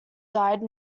died